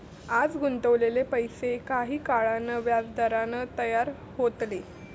आज गुंतवलेले पैशे काही काळान व्याजदरान तयार होतले